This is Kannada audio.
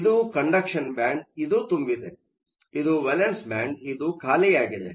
ಆದ್ದರಿಂದ ಇದು ಕಂಡಕ್ಷನ್ ಬ್ಯಾಂಡ್conduction band ಇದು ತುಂಬಿದೆ ಇದು ವೇಲೆನ್ಸ್ ಬ್ಯಾಂಡ್ ಇದು ಖಾಲಿಯಾಗಿದೆ